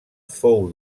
fou